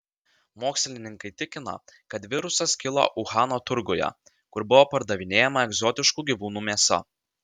mokslininkai tikina kad virusas kilo uhano turguje kur buvo pardavinėjama egzotiškų gyvūnų mėsa